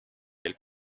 elles